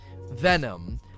Venom